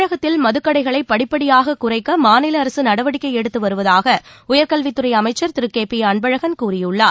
தமிழகத்தில் மதுக்கடைகளை படிப்படியாகக் குறைக்க மாநில அரசு நடவடிக்கை எடுத்து வருவதாக உயர்கல்வித்துறை அமைச்சர் திரு கே பி அன்பழகன் கூறியுள்ளார்